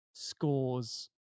Scores